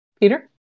peter